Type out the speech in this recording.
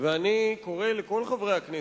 ואני קורא לכל חברי הכנסת,